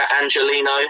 Angelino